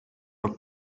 are